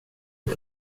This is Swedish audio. det